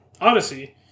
Odyssey